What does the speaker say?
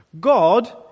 God